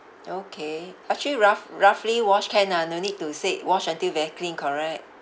okay actually rough~ roughly wash can ah no need to say wash until very clean correct